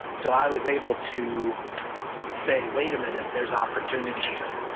so i was able to say, wait a minute. there's opportunity here,